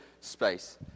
space